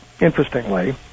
interestingly